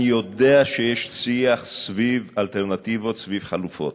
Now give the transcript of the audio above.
אני יודע שיש שיח סביב אלטרנטיבות, סביב חלופות.